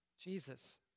Jesus